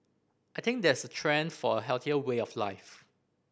I think there's a trend for a healthier way of life